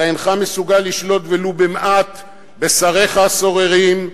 אתה אינך מסוגל לשלוט ולו במעט בשריך הסוררים,